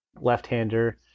left-hander